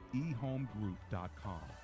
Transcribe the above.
ehomegroup.com